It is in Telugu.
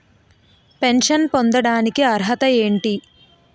పెన్షన్ పొందడానికి అర్హత ఏంటి?